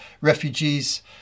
refugees